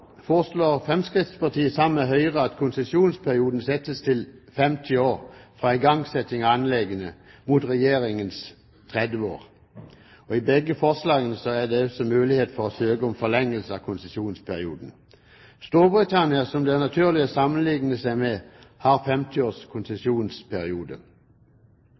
foreslår Fremskrittspartiet, sammen med Høyre, at konsesjonsperioden settes til 50 år fra igangsetting av anleggene, mot Regjeringens 30 år. I begge forslagene er det altså mulighet for å søke om forlengelse av konsesjonsperioden. Storbritannia, som det er naturlig å sammenligne seg med, har 50 års konsesjonsperiode.